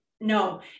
No